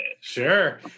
Sure